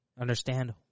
Understand